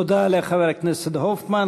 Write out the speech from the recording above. תודה לחבר הכנסת הופמן.